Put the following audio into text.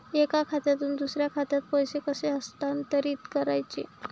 एका खात्यातून दुसऱ्या खात्यात पैसे कसे हस्तांतरित करायचे